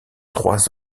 trois